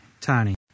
Tony